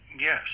yes